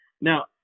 now